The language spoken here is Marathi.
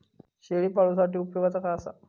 शेळीपाळूसाठी उपयोगाचा काय असा?